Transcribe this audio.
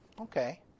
okay